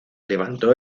levantó